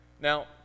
Now